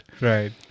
right